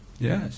Yes